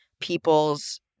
people's